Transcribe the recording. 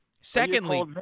Secondly